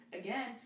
again